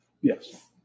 Yes